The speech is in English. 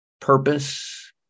purpose